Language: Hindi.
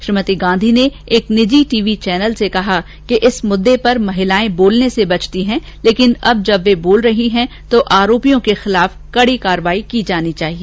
श्रीमती गांधी ने एक निजी टीवी चैनल से कहा कि इस मुद्दे पर महिलाए बोलने सेबचती है लकिन अब वे बोल रही है तो आरोपियों के खिलाफ कड़ी कार्रवाई की जानी चाहिए